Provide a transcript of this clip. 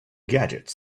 gadgets